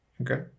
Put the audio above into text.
okay